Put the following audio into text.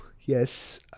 Yes